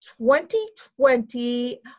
2020